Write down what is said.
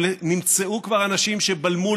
נמצאו כבר אנשים שבלמו,